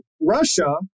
Russia